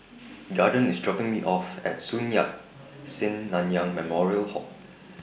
Gorden IS dropping Me off At Sun Yat Sen Nanyang Memorial Hall